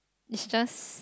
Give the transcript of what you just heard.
is just